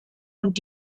und